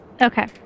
Okay